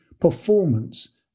performance